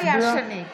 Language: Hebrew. כן, כן, כן.